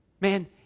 Man